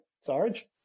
Sarge